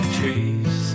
trees